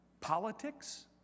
Politics